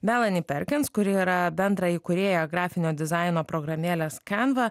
melany perkins kuri yra bendraįkūrėja grafinio dizaino programėlės kanva